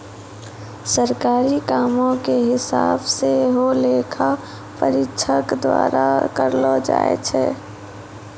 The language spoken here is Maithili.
सरकारी कामो के हिसाब सेहो लेखा परीक्षक द्वारा करलो जाय छै